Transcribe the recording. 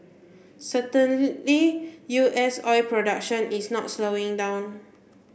certainly U S oil production is not slowing down